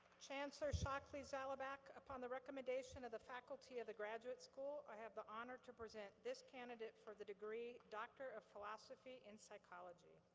chancellor shockley-zalabak, upon the recommendation of the faculty of the graduate school, i have the honor to present this candidate for the degree doctor of philosophy in psychology.